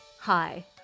Hi